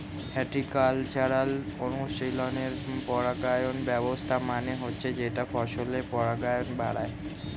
horticultural অনুশীলনে পরাগায়ন ব্যবস্থা মানে হচ্ছে যেটা ফসলের পরাগায়ন বাড়ায়